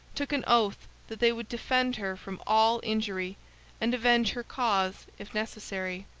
took an oath that they would defend her from all injury and avenge her cause if necessary.